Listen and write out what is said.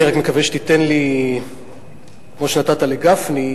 אני רק מקווה שתיתן לי כמו שנתת לגפני,